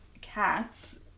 cats